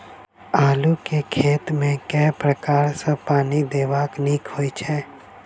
आलु केँ खेत मे केँ प्रकार सँ पानि देबाक नीक होइ छै?